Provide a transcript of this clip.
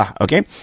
okay